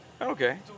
Okay